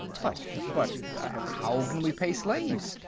but. but how can we pay slaves?